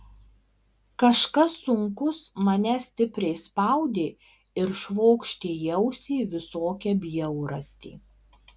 kažkas sunkus mane stipriai spaudė ir švokštė į ausį visokią bjaurastį